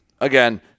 again